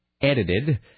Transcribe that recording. edited